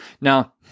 Now